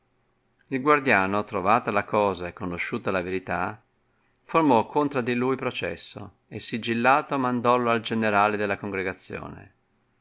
il guardiano trovata la cosa e conosciuta la verità formò contra di lui processo e sigillato mandolio al generale della congregazione